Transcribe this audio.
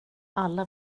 alla